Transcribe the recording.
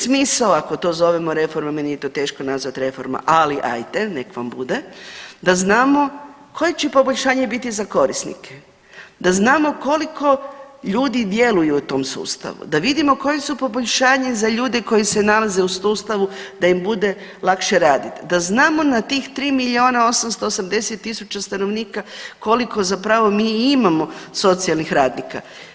Smisao ako to zovemo reforma, meni je to teško nazvati reforma, ali hajde nek' vam bude, da znamo koje će poboljšanje biti za korisnike, da znamo koliko ljudi djeluju u tom sustavu, da vidimo koja su poboljšanja za ljude koji se nalaze u sustavu da im bude lakše raditi, da znamo na tih 3 milijuna 880 000 stanovnika koliko zapravo mi imamo socijalnih radnika.